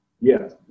yes